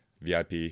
VIP